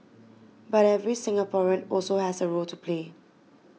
but every Singaporean also has a role to play